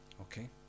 Okay